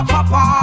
Papa